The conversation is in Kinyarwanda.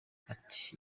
ati